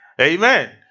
amen